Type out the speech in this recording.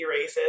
racist